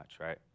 right